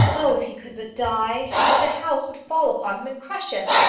oh, if he could but die! if the house would fall upon him and crush him!